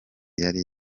yari